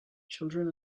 children